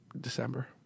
December